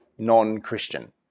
non-Christian